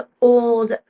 old